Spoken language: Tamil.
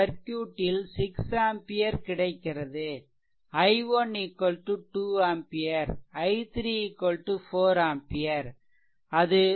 இந்த சர்க்யூட்டில் 6 ஆம்பியர் கிடைக்கிறது i1 2 ampere i3 4 ampere